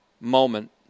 moment